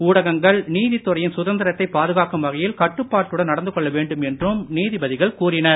ஊடகங்கள் நீதித் துறையின் சுதந்திரத்தைப் பாதுகாக்கும் வகையில் கட்டுப்பாட்டுடன் நடந்துகொள்ள வேண்டும் என்றும் நீதிபதிகள் கூறினர்